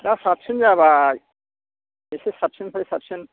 दा साबसिन जाबाय एसे साबसिननिफ्राय साबसिन